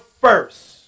first